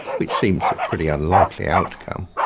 which seems a pretty unlikely outcome.